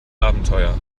abenteuer